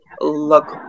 look